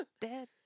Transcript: dead